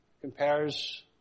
compares